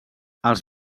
els